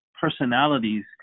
personalities